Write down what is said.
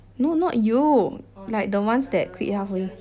no not you like the ones that quit halfway